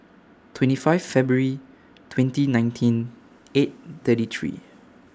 twenty five February twenty nineteen eight thirty three